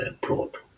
brought